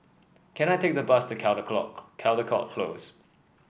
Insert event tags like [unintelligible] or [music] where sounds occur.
can I take the bus to [unintelligible] Caldecott Close